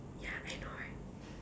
ya I know right